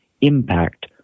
impact